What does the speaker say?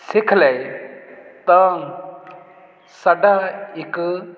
ਸਿੱਖ ਲਏ ਤਾਂ ਸਾਡਾ ਇੱਕ